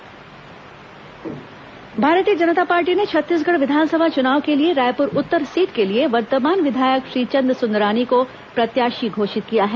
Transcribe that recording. भाजपा जकांछ प्रत्याशी सूची भारतीय जनता पार्टी ने छत्तीसगढ़ विधानसभा चुनाव के लिए रायपुर उत्तर सीट के लिए वर्तमान विधायक श्रीचंद सुंदरानी को प्रत्याशी घोषित किया है